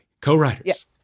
co-writers